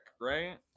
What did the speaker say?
right